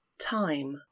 Time